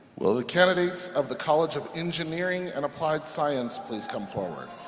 will the candidates of the college of engineering and applied science please come forward?